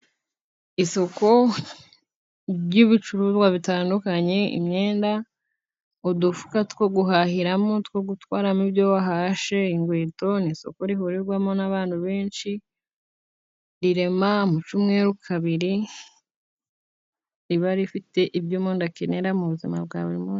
Isoko ry'ibicuruzwa bitandukanye imyenda ,udufuka two guhahiramo two gutwaramo ibyo wahashye ,inkweto, ni isoko rihurirwamo n'abantu benshi rirema mu cyumweru kabiri, riba rifite ibyo umuntu akenera mu buzima bwa buri munsi.